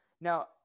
Now